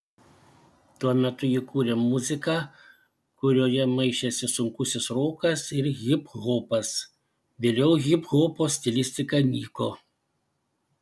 tuo metu ji kūrė muziką kurioje maišėsi sunkusis rokas ir hiphopas vėliau hiphopo stilistika nyko